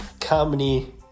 comedy